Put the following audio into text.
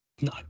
No